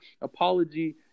apology